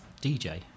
DJ